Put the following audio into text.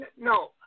no